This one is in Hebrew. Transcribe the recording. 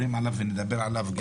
שנדבר עליו,